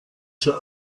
zur